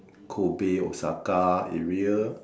Kobe Osaka area